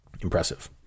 impressive